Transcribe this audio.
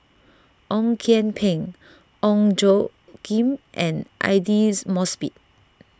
Ong Kian Peng Ong Tjoe Kim and Aidli Mosbit